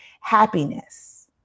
happiness